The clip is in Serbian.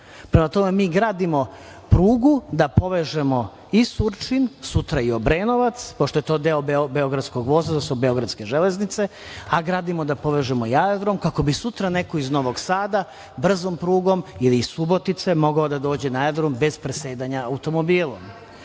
Prema tome, mi gradimo prugu da povežemo i Surčin, sutra i Obrenovac, pošto je to deo beogradskog voza, beogradske železnice, a gradimo da povežemo i aerodrom kako bi sutra neko iz Novog Sada brzom prugom ili iz Subotice mogao da dođe na aerodrom bez presedanja automobilom. Što